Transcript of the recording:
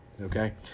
Okay